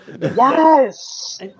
Yes